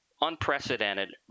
unprecedented